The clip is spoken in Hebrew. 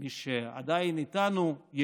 ויש מי שעדיין ישנו איתנו,